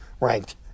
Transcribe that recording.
ranked